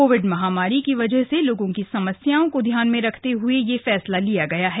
Covid महामारी की वजह से लोगों की समस्याओं को ध्यान में रखते हुए यह फैसला किया गया है